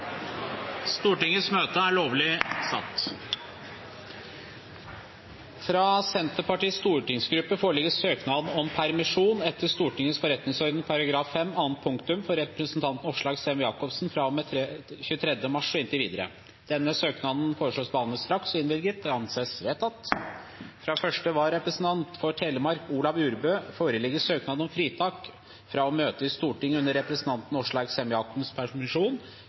Stortingets forretningsorden § 5 annet punktum for representanten Åslaug Sem-Jacobsen fra og med 23. mars og inntil videre. Denne søknad foreslås behandlet straks og innvilget. – Det anses vedtatt. Fra første vararepresentant for Telemark, Olav Urbø , foreligger søknad om fritak fra å møte i Stortinget under representanten Åslaug Sem-Jacobsens permisjon,